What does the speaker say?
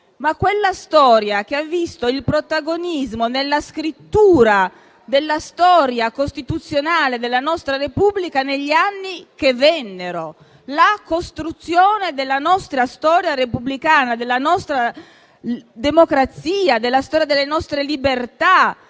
Madre costituente - ma è stata protagonista della scrittura della storia costituzionale della nostra Repubblica negli anni che vennero, della costruzione della nostra storia repubblicana, della nostra democrazia, della storia delle nostre libertà,